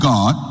God